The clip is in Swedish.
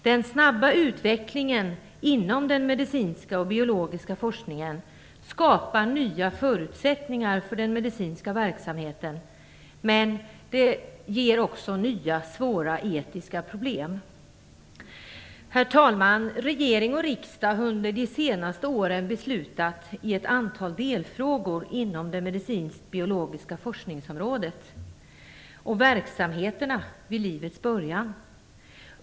Den snabba utvecklingen inom den medicinska och biologiska forskningen skapar nya förutsättningar för den medicinska verksamheten, men det ger också nya svåra och etiska problem. Regering och riksdag har under de senaste åren beslutat i ett antal delfrågor inom det medicinsktbiologiska forskningsområdet och verksamheter vid livets början.